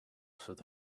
through